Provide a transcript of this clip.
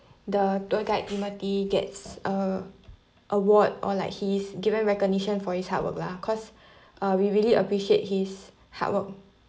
the tour guide timothy gets uh award or like he is given recognition for his hard work lah cause uh we really appreciate his hard work